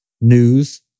news